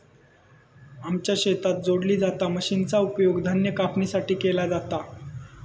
आमच्या शेतात जोडली जाता मशीनचा उपयोग धान्य कापणीसाठी केलो जाता